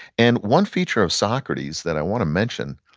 and one feature of socrates that i want to mention,